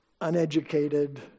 uneducated